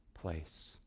place